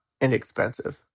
inexpensive